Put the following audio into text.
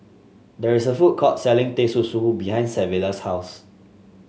there is a food court selling Teh Susu behind Savilla's house